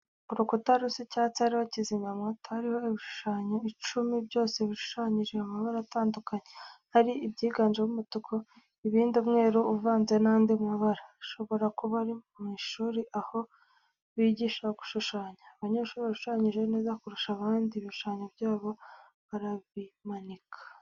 Urukuta rusa icyatsi hariho kizimyamwoto, hariho ibishushanyo icumi, byose bishushanyije mu mabara atandukanye, hari ibyiganjemo umutuku, ibindi umweru uvanze n'andi mabara, hashobora kuba ari mu ishuri aho bigisha gushushanya. Abanyeshuri bashushanyije neza kurusha abandi, ibishushanyo byabo barabimanika.